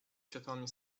światłami